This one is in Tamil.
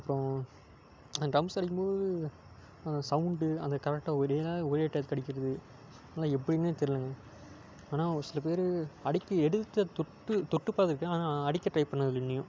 அப்றம் அந்த ட்ரம்ஸ் அடிக்கும் போது அந்த சவுண்டு அந்த கரெக்டாக ஒரே ஒரே டையத்துக்கு அடிக்கிறது அதெல்லாம் எப்படின்னே தெரியலங்க ஆனால் ஒரு சில பேர் அடிக்கி எடுத்து தொட்டுத் தொட்டு பார்த்துருக்கேன் ஆனால் அடிக்க ட்ரை பண்ணதில்ல இன்னையும்